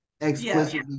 explicitly